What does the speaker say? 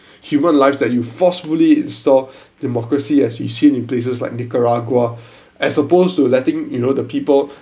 human lives that you forcefully install democracy as we've seen in places like Nicaragua as opposed to letting you know the people